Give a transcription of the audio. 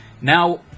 Now